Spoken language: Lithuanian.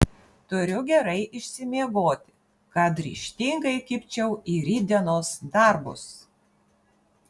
turiu gerai išsimiegoti kad ryžtingai kibčiau į rytdienos darbus